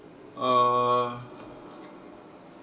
uh